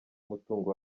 umutungo